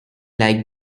like